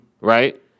right